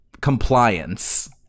compliance